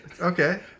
Okay